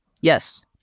Yes